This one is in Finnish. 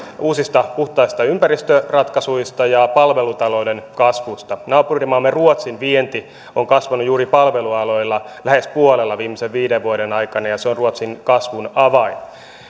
uusista puhtaista ympäristöratkaisuista ja palvelutalouden kasvusta naapurimaamme ruotsin vienti on kasvanut juuri palvelualoilla lähes puolella viimeisen viiden vuoden aikana ja se on ruotsin kasvun avain